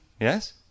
Yes